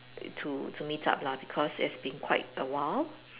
to to meet up lah because it has been quite awhile